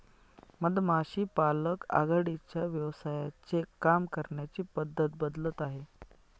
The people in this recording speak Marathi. मधमाशी पालक आघाडीच्या व्यवसायांचे काम करण्याची पद्धत बदलत आहे